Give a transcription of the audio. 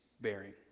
bearing